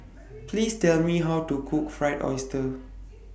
Please Tell Me How to Cook Fried Oyster